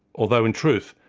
although in truth,